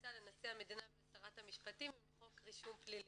שממליצה לנשיא המדינה ולשרת המשפטים למחוק רישום פלילי.